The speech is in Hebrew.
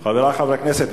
חברי חברי הכנסת,